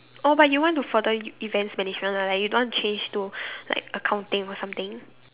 oh but you want to further events management ah like you don't want change to like accounting or something